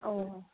ꯎꯝ